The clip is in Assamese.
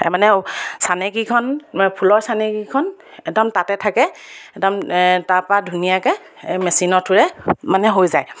তাৰমানে চানেকিখন ফুলৰ চানেকিখন একদম তাতে থাকে একদম তাপা ধুনীয়াকৈ মেচিনৰ থুৰে মানে হৈ যায়